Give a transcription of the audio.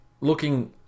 looking